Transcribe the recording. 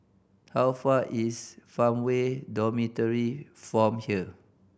how far is Farmway Dormitory from here